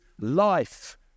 life